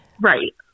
right